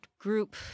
group